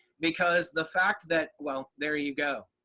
because the fact that, well there you go.